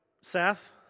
Seth